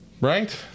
right